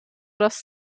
das